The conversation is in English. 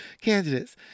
candidates